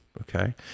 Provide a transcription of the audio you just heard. okay